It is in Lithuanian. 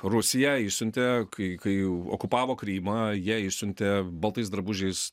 rusija išsiuntė kai kai okupavo krymą į ją išsiuntė baltais drabužiais